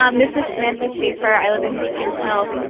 um this is samantha schaefer, i live in beacon hills.